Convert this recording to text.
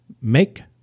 make